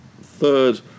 third